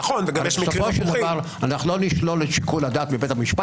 ואני חולק על זה,